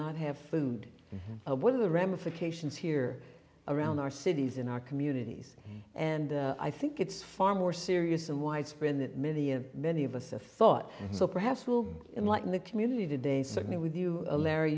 not have food what are the ramifications here around our cities in our communities and i think it's far more serious and widespread that many of many of us i thought so perhaps will enlighten the community today certainly with you larry